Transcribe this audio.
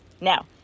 Now